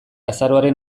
azaroaren